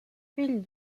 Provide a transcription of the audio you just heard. fill